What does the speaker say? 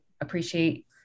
appreciate